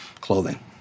clothing